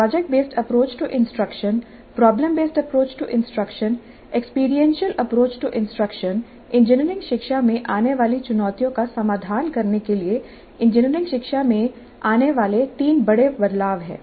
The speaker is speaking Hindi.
project based approach to instruction problem based approach to instruction experiential approach to instruction engineering शिक्षा में आने वाली चुनौतियों का समाधान करने के लिए इंजीनियरिंग शिक्षा में आने वाले तीन बड़े बदलाव हैं